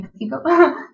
Mexico